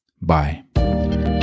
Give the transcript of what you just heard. Bye